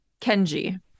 Kenji